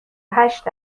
هشت